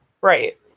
Right